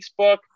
Facebook